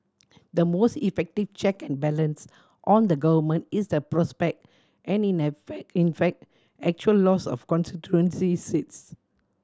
the most effective check and balance on the Government is the prospect and in fact in fact actual loss of constituency seats